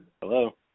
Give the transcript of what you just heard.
Hello